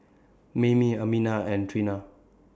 Mayme Amina and Trena